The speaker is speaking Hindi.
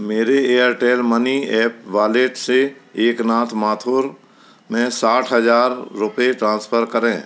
मेरे एयरटेल मनी एप वालेट से एकनाथ माथुर में साठ हज़ार रुपये ट्रांसफ़र करें